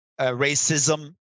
racism